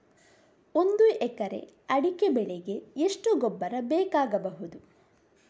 ಒಂದು ಎಕರೆ ಅಡಿಕೆ ಬೆಳೆಗೆ ಎಷ್ಟು ಗೊಬ್ಬರ ಬೇಕಾಗಬಹುದು?